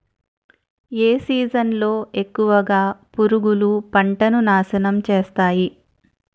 ఏ season లో ఎక్కువుగా పురుగులు పంటను నాశనం చేస్తాయి?